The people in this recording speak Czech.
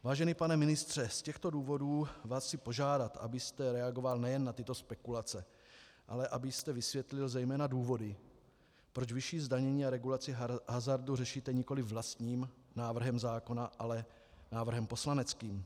Vážený pane ministře, z těchto důvodů vás chci požádat, abyste reagoval nejen na tyto spekulace, ale abyste vysvětlil zejména důvody, proč vyšší zdanění a regulaci hazardu řešíte nikoliv vlastním návrhem zákona, ale návrhem poslaneckým.